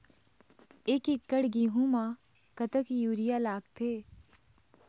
एक एकड़ गेहूं म कतक यूरिया लागथे?